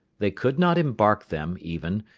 they could not embark them, even,